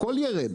הכול ירד.